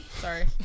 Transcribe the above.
sorry